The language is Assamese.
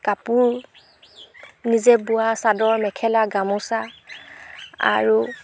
কাপোৰ নিজে বোৱা চাদৰ মেখেলা গামোচা আৰু